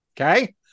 Okay